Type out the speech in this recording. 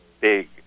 big